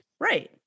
Right